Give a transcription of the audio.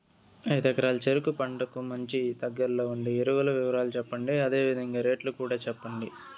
ఐదు ఎకరాల చెరుకు పంటకు మంచి, దగ్గర్లో ఉండే ఎరువుల వివరాలు చెప్పండి? అదే విధంగా రేట్లు కూడా చెప్పండి?